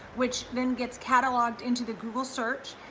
which then gets cataloged into the google search,